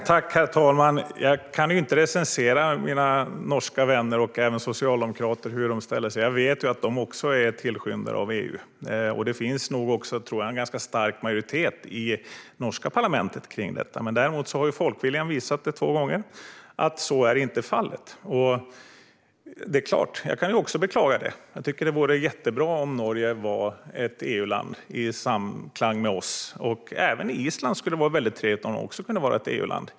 Herr talman! Jag kan inte recensera hur mina norska vänner och norska socialdemokrater ställer sig till detta, men jag vet att de också är tillskyndare av EU. Det finns, tror jag, en ganska stark majoritet för detta i norska parlamentet. Däremot har folkviljan visat två gånger att så inte är fallet i övriga Norge. Också jag kan såklart beklaga det. Jag tycker att det vore jättebra om Norge var ett EU-land i samklang med oss. Det skulle vara trevligt om även Island var ett EU-land.